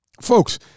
folks